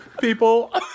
people